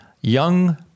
Young